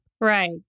Right